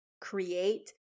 create